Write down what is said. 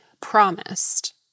promised